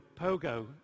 Pogo